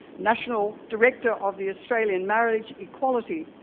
national director of the australian marriage equality,